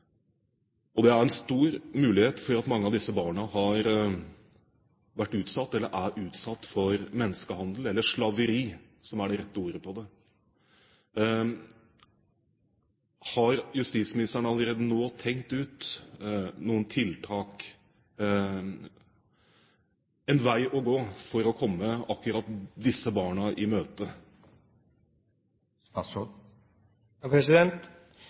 Det er stor fare for at mange av disse barna har vært utsatt, eller er utsatt, for menneskehandel – eller slaveri, som er det rette ordet for det. Har justisministeren allerede nå tenkt ut noen tiltak, en vei å gå, for å komme akkurat disse barna i